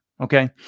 okay